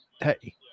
hey